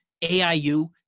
AIU